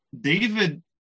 David